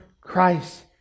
Christ